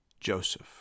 Joseph